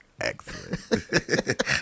Excellent